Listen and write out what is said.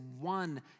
one